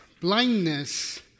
blindness